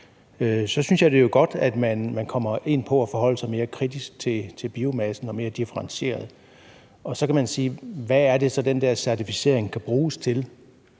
jeg synes, det er godt, at man kommer ind på at forholde sig mere kritisk og mere differentieret til biomassen. Så kan man sige: Hvad er det så, den der certificering kan bruges til